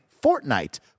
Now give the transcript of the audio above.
Fortnite